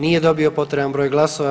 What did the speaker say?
Nije dobio potreban broj glasova.